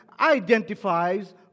identifies